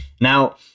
now